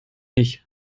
nicht